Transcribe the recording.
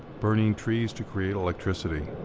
burning trees to create electricity.